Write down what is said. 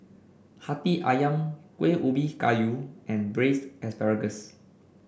hati ayam Kuih Ubi Kayu and Braised Asparagus